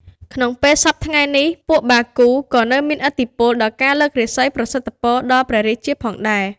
ក្នុងពេលសព្វថ្ងៃនេះ ពួកបារគូក៏នៅមានឥទ្ធិពល ដល់ការលើករាសីប្រសិទ្ធពរដល់ព្រះរាជាផងដែរ។